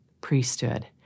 priesthood